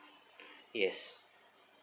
yes